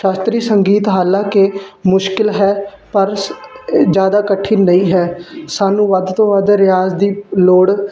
ਸ਼ਾਸਤਰੀ ਸੰਗੀਤ ਹਾਲਾਂਕਿ ਮੁਸ਼ਕਿਲ ਹੈ ਪਰ ਜਿਆਦਾ ਇਕੱਠੀ ਨਹੀਂ ਹੈ ਸਾਨੂੰ ਵੱਧ ਤੋਂ ਵੱਧ ਰਿਆਜ਼ ਦੀ ਲੋੜ